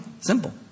Simple